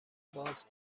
باز